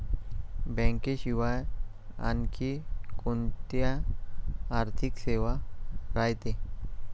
बँकेशिवाय आनखी कोंत्या आर्थिक सेवा रायते?